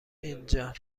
اینجا